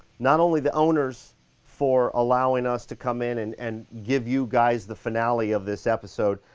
not only the owners for allowing us to come in and and give you guys the finale of this episode.